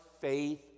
faith